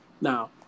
Now